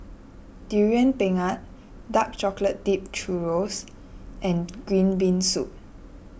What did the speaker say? Durian Pengat Dark Chocolate Dipped Churros and Green Bean Soup